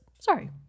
Sorry